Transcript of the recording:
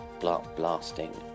blasting